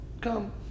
come